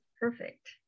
Perfect